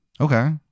Okay